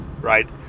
right